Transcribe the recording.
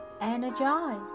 energize